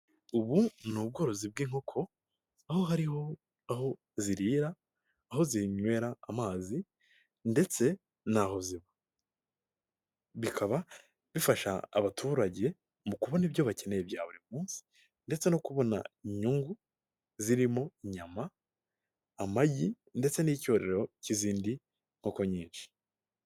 Ubu ni ubworozi bw'inkoko aho hariho aho zirira, aho zinywera amazi ndetse n'aho ziba. Bikaba bifasha abaturage mu kubona ibyo bakeneye bya buri munsi ndetse no kubona inyungu zirimo: inyama, amagi ndetse n'icyororo k'izindi nkoko nyinshi.